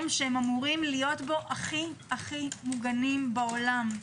שהם אמורים להיות בו הכי-הכי מוגנים בעולם.